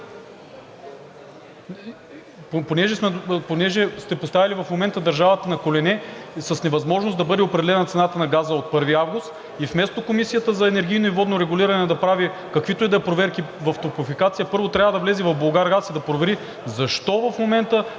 понеже сте поставили държавата на колене, с невъзможност да бъде определена цената на газа от 1 август и вместо Комисията за енергийно и водно регулиране да прави каквито и да е проверки в „Топлофикация“, първо трябва да влезе в „Булгаргаз“ и да провери защо в момента